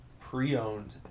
pre-owned